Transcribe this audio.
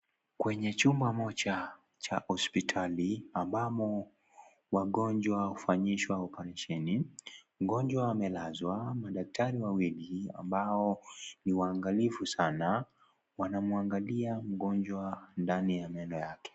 Kwenye chumba moja cha hospitali ambamo wagonjwa hufanyishwa operesheni, mgonjwa amelazwa, madaktari wawili ambao ni waangalifu sana, wanamwangalia mgonjwa ndani ya meno yake.